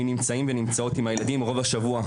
מי נמצאים ונמצאות עם הילדים רוב השבוע,